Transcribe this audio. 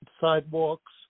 sidewalks